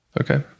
Okay